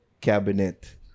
cabinet